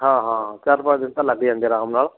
ਹਾਂ ਹਾਂ ਚਾਰ ਪੰਜ ਦਿਨ ਤਾਂ ਲੱਗ ਜਾਂਦੇ ਆਰਾਮ ਨਾਲ